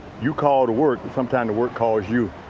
you call the work sometimes work cause you